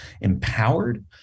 empowered